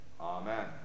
Amen